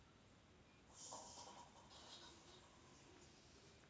chrysanthemum ची लागवड वसंत ऋतूच्या सुरुवातीला केली पाहिजे